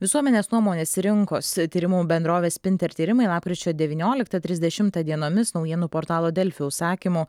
visuomenės nuomonės rinkos tyrimų bendrovės spinter tyrimai lapkričio devynioliktą trisdešimtą dienomis naujienų portalo delfi užsakymu